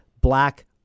black